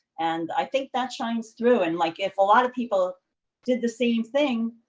and i think that shines through. and like if a lot of people did the same thing,